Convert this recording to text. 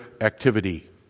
activity